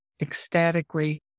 ecstatically